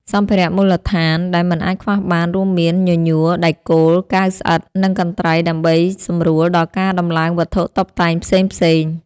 សម្ភារៈមូលដ្ឋានដែលមិនអាចខ្វះបានរួមមាន ញញួរ ដែកគោល កាវស្អិត និងកន្ត្រៃ ដើម្បីសម្រួលដល់ការដំឡើងវត្ថុតុបតែងផ្សេងៗ។